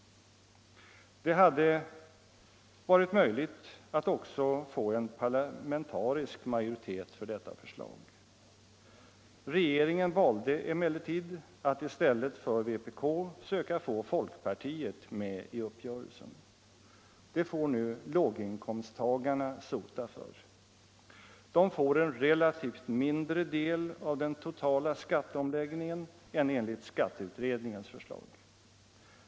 Det hade varit möjligt att också få en parlamentarisk majoritet för detta förslag. Regeringen valde emellertid att i stället för vpk söka få folkpartiet med i uppgörelsen. Det får nu låginkomsttagarna sota för. De tillförs en relativt mindre del av den totala skatteomläggningen än enligt skatteutredningens förslag.